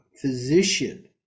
physician